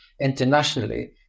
internationally